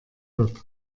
wird